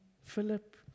Philip